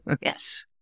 Yes